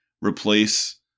replace